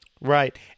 Right